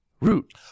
Root